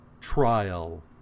trial